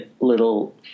little